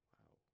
Wow